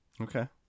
Okay